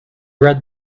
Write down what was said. read